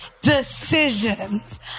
decisions